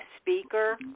speaker